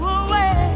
away